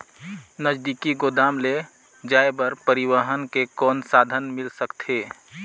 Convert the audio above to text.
नजदीकी गोदाम ले जाय बर परिवहन के कौन साधन मिल सकथे?